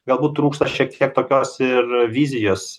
galbūt trūksta šiek tiek tokios ir vizijos